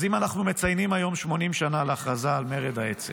אז אם אנחנו מציינים היום 80 שנה להכרזה על מרד האצ"ל,